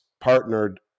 partnered